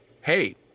hey